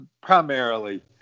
primarily